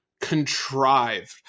contrived